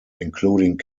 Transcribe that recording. including